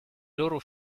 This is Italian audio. loro